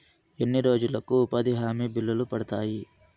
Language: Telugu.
ఎన్ని రోజులకు ఉపాధి హామీ బిల్లులు పడతాయి?